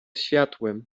światłem